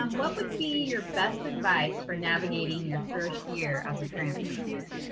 um what would be your best advice for navigating your first year as a transfer student